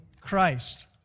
Christ